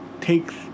takes